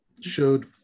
showed